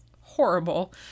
horrible